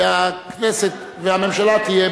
והממשלה תהיה